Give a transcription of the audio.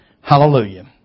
Hallelujah